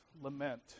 lament